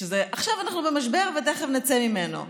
שעכשיו אנחנו במשבר ותכף נצא ממנו,